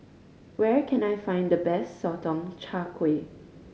where can I find the best Sotong Char Kway